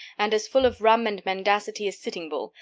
and as full of rum and mendacity as sitting bull,